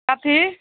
कथी